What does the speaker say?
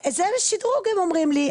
זה לשדרוג הם אומרים לי,